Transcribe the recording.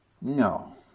No